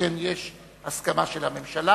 שכן יש הסכמה של הממשלה,